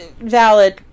Valid